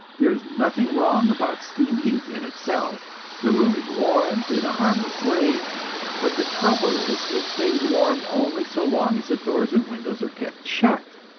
there is nothing wrong about steam heat in itself the room is warmed in a harmless way but the trouble is it stays warm only so long as the doors and windows are kept shut.